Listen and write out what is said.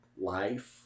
life